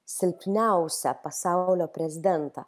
silpniausią pasaulio prezidentą